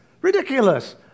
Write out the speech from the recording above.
ridiculous